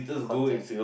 content